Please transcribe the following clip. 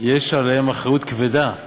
יש עליהם אחריות כבדה,